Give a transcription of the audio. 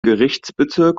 gerichtsbezirk